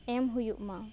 ᱮᱢ ᱦᱩᱭᱩᱜ ᱢᱟ